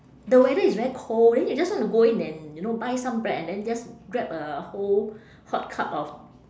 the weather is very cold then you just want to go in and you know buy some bread and then just grab a whole hot cup of